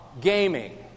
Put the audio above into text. gaming